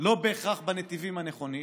לא בהכרח בנתיבים הנכונים,